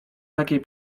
takiej